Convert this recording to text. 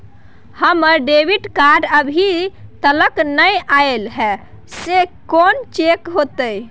हमर debit card अभी तकल नय अयले हैं, से कोन चेक होतै?